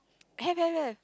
have have have